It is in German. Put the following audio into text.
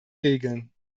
regeln